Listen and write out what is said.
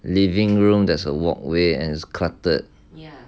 living room there's a walkway and cluttered